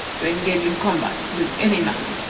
to engage in combat with any man.